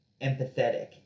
empathetic